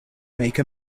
make